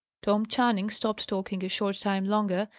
tom channing stopped talking a short time longer,